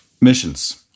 missions